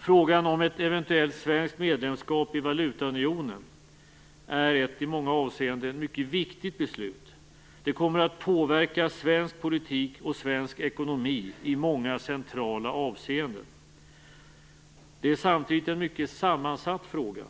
Frågan om ett eventuellt svenskt medlemskap i valutaunionen är ett i många avseenden mycket viktigt beslut. Det kommer att påverka svensk politik och svensk ekonomi i många centrala avseenden. Det är samtidigt en mycket sammansatt fråga.